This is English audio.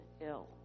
ill